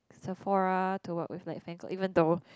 Sephora to work with like Fancl even though